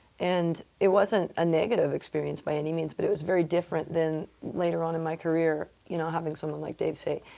and it wasn't a negative experience, by any means, but it was very different than later on in my career, you know, having someone like dave say,